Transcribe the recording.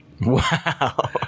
wow